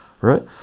right